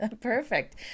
Perfect